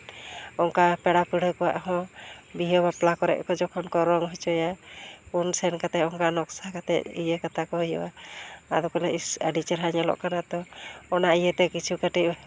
ᱚᱱᱠᱟ ᱯᱮᱲᱟ ᱯᱟᱹᱲᱦᱟᱹ ᱠᱚᱣᱟᱜ ᱦᱚᱸ ᱵᱤᱦᱟᱹ ᱵᱟᱯᱞᱟ ᱠᱚᱨᱮ ᱡᱚᱠᱷᱚᱱ ᱠᱚ ᱨᱚᱝ ᱦᱚᱪᱚᱭᱟ ᱩᱱ ᱥᱮᱱ ᱠᱟᱛᱮᱫ ᱚᱱᱠᱟ ᱱᱚᱠᱥᱟ ᱠᱟᱛᱮ ᱤᱭᱟᱹ ᱠᱟᱛᱟ ᱠᱚ ᱦᱩᱭᱩᱜᱼᱟ ᱟᱫᱚᱠᱚ ᱞᱟᱹᱭᱟ ᱤᱥ ᱟᱹᱰᱤ ᱪᱮᱨᱦᱟ ᱧᱮᱞᱚᱜ ᱠᱟᱱᱟ ᱛᱚ ᱚᱱᱟ ᱤᱭᱟᱹᱛᱮ ᱠᱤᱪᱷᱩ ᱠᱟᱹᱴᱤᱡ